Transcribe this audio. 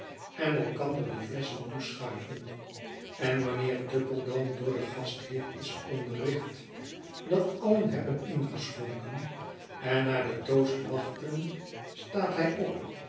en elkander de flesschen toeschuiven en wanneer tupple dan door den gastheer is onderricht dat alien hebben ingeschonken en naar den toast wachten staat hij op